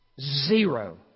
zero